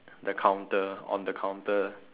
the counter on the counter